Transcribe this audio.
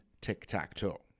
tic-tac-toe